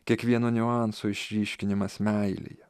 kiekvieno niuanso išryškinimas meilėje